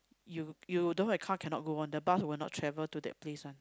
you you don't have car cannot go one the bus will not travel to that place one